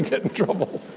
get in trouble.